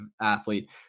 athlete